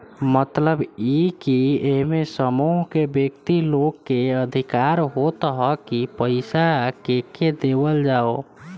मतलब इ की एमे समूह के व्यक्ति लोग के अधिकार होत ह की पईसा केके देवल जाओ